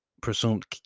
Presumed